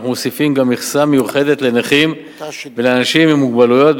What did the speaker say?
אנחנו מוסיפים גם מכסה מיוחדת לנכים ולאנשים עם מוגבלות,